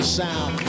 sound